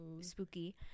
spooky